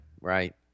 right